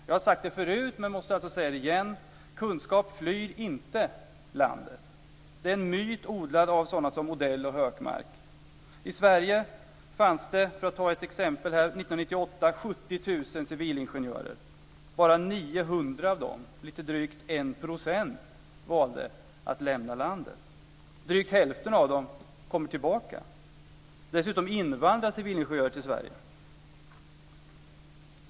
Jag har sagt det förut, men måste alltså säga det igen: Kunskap flyr inte landet. Det är en myt odlad av sådana som Odell och För att ta ett exempel fanns det i Sverige 70 000 civilingenjörer 1998. Bara 900 av dessa - drygt 1 %- valde att lämna landet. Drygt hälften kom tillbaka. Dessutom invandrar det civilingenjörer till Sverige.